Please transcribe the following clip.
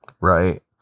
Right